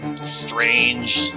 strange